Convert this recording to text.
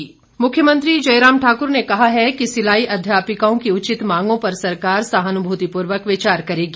भेंट मुख्यमंत्री जयराम ठाकुर ने कहा है कि सिलाई अध्यापिकाओं की उचित मांगों पर सरकार सहानुभूतिपूर्वक विचार करेगी